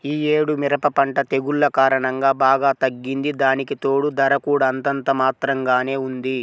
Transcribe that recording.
యీ యేడు మిరప పంట తెగుల్ల కారణంగా బాగా తగ్గింది, దానికితోడూ ధర కూడా అంతంత మాత్రంగానే ఉంది